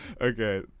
okay